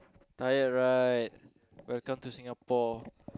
tired right welcome to Singapore